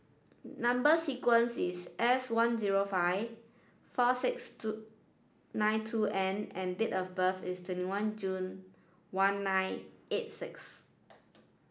number sequence is S one zero five four six two nine two N and date of birth is twenty one June one nine eight six